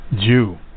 Jew